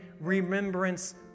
remembrance